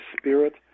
spirit